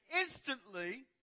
instantly